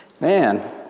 man